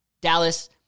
Dallas